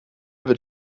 wird